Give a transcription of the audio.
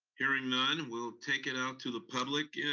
hearing none, we'll take it out to the public. and